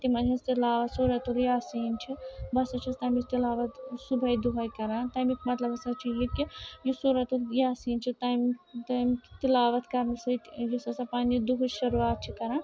تِمَن ہنٛز تلاوت سوٗرَت الیاسیٖن چھُ بہٕ ہَسا چھیٚس تَمِچ تلاوت صُبحٲے دۄہے کَران تَمیٛک مطلب ہَسا چھُ یہِ کہِ یُس سوٗرَت الیاسیٖن چھُ تَمہِ تَمہِ کہِ تلاوت کَرنہٕ سۭتۍ یُس ہَسا پَننہِ دُہٕچۍ شُروعات چھُ کَران